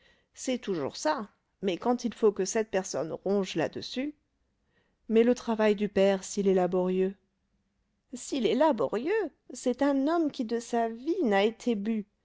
c'est toujours ça mais quand il faut que sept personnes rongent là-dessus mais le travail du père s'il est laborieux s'il est laborieux c'est un homme qui de sa vie n'a été bu